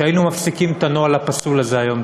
להפסיק את הנוהל הפסול הזה היום.